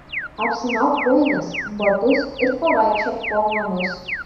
apsimauk kojines batus ir pavaikščiok po namus